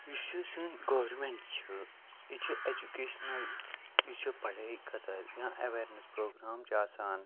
یُس یہِ سٲنۍ گورمنٹ چھُ یہِ چھِ ایٮٚجوکیشنَل یہِ چھُ پَڑٲے خٲطر یا ایٚویرنٮ۪س پروگرام چھِ آسان